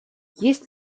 есть